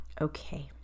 Okay